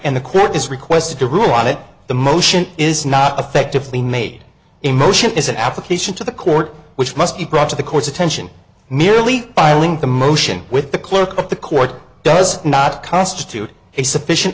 and the court is requested to rule on it the motion is not effectively made a motion is an application to the court which must be brought to the court's attention merely filing the motion with the clerk of the court does not constitute a sufficient